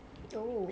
oh